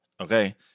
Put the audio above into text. okay